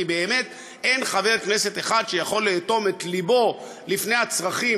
כי באמת אין חבר כנסת אחד שיכול לאטום את לבו בפני הצרכים